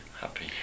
happy